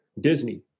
Disney